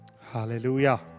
hallelujah